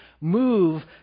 move